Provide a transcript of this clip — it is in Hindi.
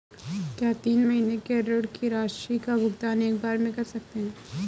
क्या तीन महीने के ऋण की राशि का भुगतान एक बार में कर सकते हैं?